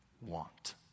want